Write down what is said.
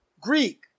Greek